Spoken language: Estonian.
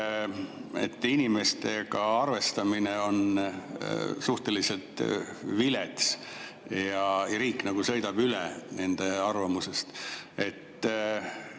et inimestega arvestamine on suhteliselt vilets ja riik sõidab nende arvamusest